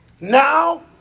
now